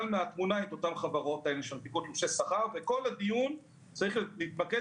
מהתמונה את אותן חברות שמנפיקות תלושי שכר וכל הדיון צריך להתמקד